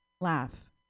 laugh